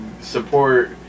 support